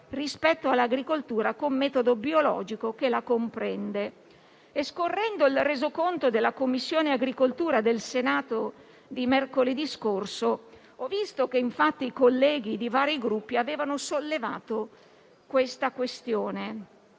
rispetto all'agricoltura con metodo biologico, che la comprende. Scorrendo il resoconto della Commissione agricoltura del Senato, di mercoledì scorso, ho visto che infatti i colleghi di vari Gruppi avevano sollevato tale questione.